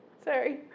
sorry